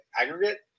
aggregate